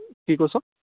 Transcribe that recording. কি কৈছ